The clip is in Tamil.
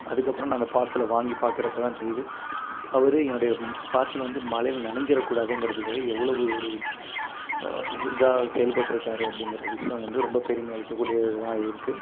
அதுக்கப்புறம் நான் அந்த பார்சலை வாங்கி பார்க்குறப்பதான் தெரியுது அவர் என்னுடைய பார்சலை வந்து மழைல நனைஞ்சிறக்கூடாதேங்குறதுக்காக எவ்வளவு ஒரு இது இதா செயல்பட்ருக்காரு அப்படீங்குற விஷயம் வந்து ரொம்ப பெருமை அளிக்கக்கூடியது தான் இருக்கு